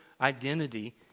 identity